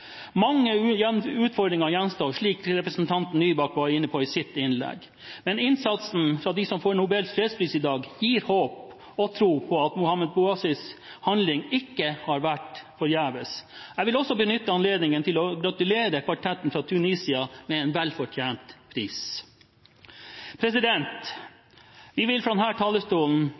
Mange utfordringer gjenstår – slik representanten Nybakk var inne på i sitt innlegg – men innsatsen fra dem som får Nobels fredspris i dag, gir håp om og tro på at Mohamed Bouazizis handling ikke har vært forgjeves. Jeg vil også benytte anledningen til å gratulere kvartetten fra Tunisia med en velfortjent pris.